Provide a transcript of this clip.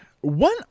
one